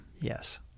Yes